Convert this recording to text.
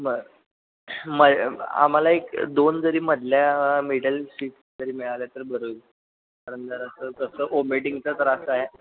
बरं मग आम्हाला एक दोन जरी मधल्या मिडल सीट जरी मिळाल्या तर बरं होईल कारण जरासं कसं ओमेटिंगचा त्रास आहे